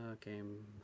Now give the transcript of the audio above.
game